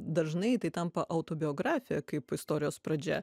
dažnai tai tampa autobiografija kaip istorijos pradžia